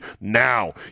now